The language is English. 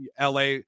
la